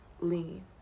lean